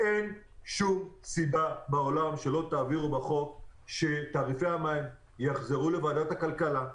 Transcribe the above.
אין שום סיבה בעולם שלא תעבירו בחוק שתעריפי המים יחזרו לוועדת הכלכלה,